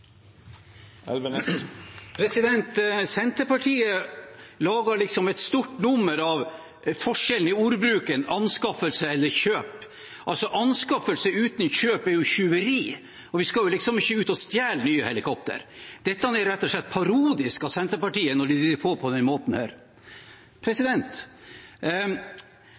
Senterpartiet lager et stort nummer av forskjellen i bruken av ordene «anskaffelse» og «kjøp». Anskaffelse uten kjøp er jo tyveri, og vi skal ikke ut og stjele nye helikopter. Det er rett og slett parodisk av Senterpartiet at de driver på på denne måten.